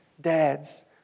dads